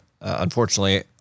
unfortunately